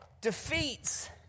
defeats